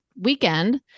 weekend